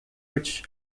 which